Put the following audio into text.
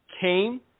came